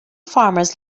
farmers